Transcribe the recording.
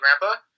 Grandpa